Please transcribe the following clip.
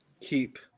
Keep